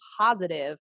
positive